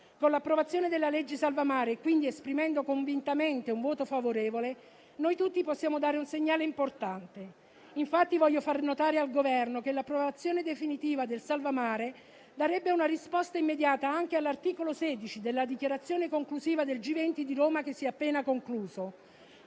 Con l'approvazione della cosiddetta legge salva mare, su cui esprimeremo un convinto voto favorevole, noi tutti possiamo dare un segnale importante. Voglio infatti far notare al Governo che l'approvazione definitiva del provvedimento darebbe una risposta immediata anche all'articolo 16 della Dichiarazione conclusiva del G20 di Roma che si è appena concluso.